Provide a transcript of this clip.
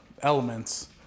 elements